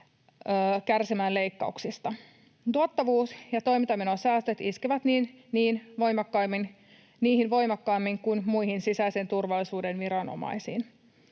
kärsimään leikkauksista. Tuottavuus‑ ja toimintamenosäästöt iskevät niihin voimakkaammin kuin muihin sisäisen turvallisuuden viranomaisiin.